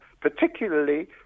particularly